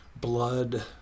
blood